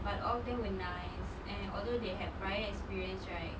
but all of them were nice and although they have prior experience right